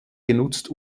genutzt